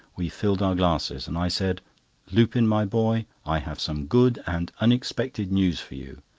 we filled our glasses, and i said lupin my boy, i have some good and unexpected news for you.